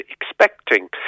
expecting